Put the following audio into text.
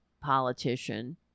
politician